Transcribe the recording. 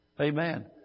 Amen